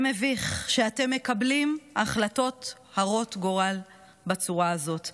זה מביך שאתם מקבלים החלטות הרות גורל בצורה הזאת.